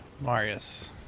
Marius